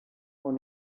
ond